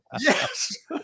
Yes